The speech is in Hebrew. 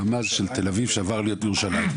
ממ"ז של תל אביב שעבר להיות בירושלים.